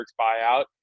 buyout